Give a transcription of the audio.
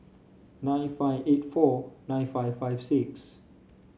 nine five eight four nine five five six